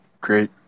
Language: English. great